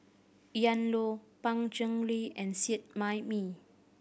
Ian Loy Pan Cheng Lui and Seet Ai Mee